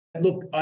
Look